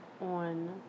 on